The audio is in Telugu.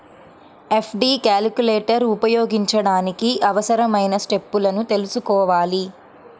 ఎఫ్.డి క్యాలిక్యులేటర్ ఉపయోగించడానికి అవసరమైన స్టెప్పులను తెల్సుకోవాలి